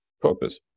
purpose